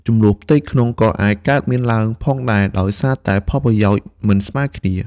ជម្លោះផ្ទៃក្នុងក៏អាចកើតមានឡើងផងដែរ ដោយសារតែផលប្រយោជន៍មិនស្មើគ្នា។